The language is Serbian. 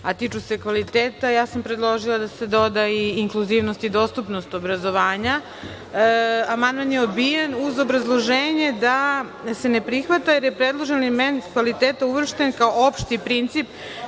a tiču se kvaliteta, predložila sam da se doda i – inkluzivnost i dostupnost obrazovanja. Amandman je odbijen uz obrazloženje da se ne prihvata, jer je predloženi element kvaliteta uvršten kao opšti princip